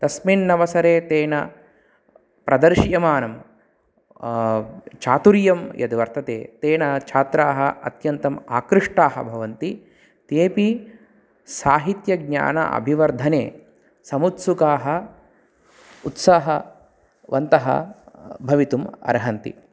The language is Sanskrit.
तस्मिन्नवसरे तेन प्रदर्श्यमानं चातुर्यं यद् वर्तते तेन छात्राः अत्यन्तम् आकृष्टाः भवन्ति तेऽपि साहित्यज्ञान अभिवर्धने समुत्सुकाः उत्साहवन्तः भवितुम् अर्हन्ति